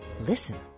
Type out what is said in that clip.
Listen